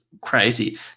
crazy